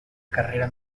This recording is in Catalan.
carrera